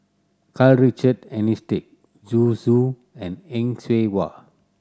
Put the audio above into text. Karl Richard Hanitsch Zhu Xu and Heng Cheng Hwa